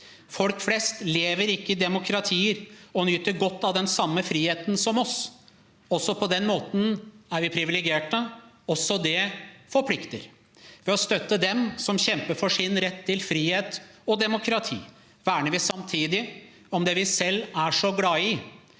Folk flest lever ikke i demokratier og nyter godt av den samme friheten som oss. Også på den måten er vi privilegerte. Også det forplikter. Ved å støtte dem som kjemper for sin rett til frihet og demokrati, verner vi samtidig om det vi selv er så glad i,